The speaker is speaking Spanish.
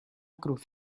cruz